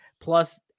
Plus